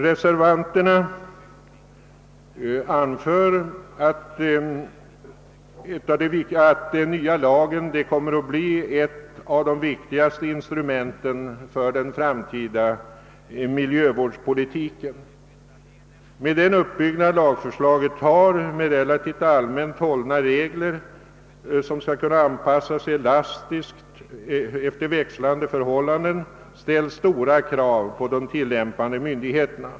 Reservanterna anför att den nya lagen kommer att bli ett av de viktigaste instrumenten för den framtida miljövårdspolitiken. Med den uppbyggnad lagförslaget har med relativt allmänt hållna regler som skall kunna anpassas elastiskt efter växlande förhållanden ställs stora krav på de tillämpande myndigheterna.